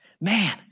Man